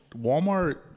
Walmart